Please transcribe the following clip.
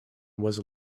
was